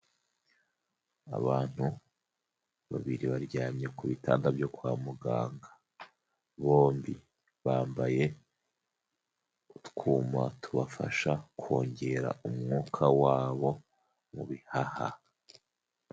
Abantu babiri baryamye ku bitanda byo kwa muganga. Bombi bambaye utwuma tubafasha kongera umwuka wabo mu bihaha.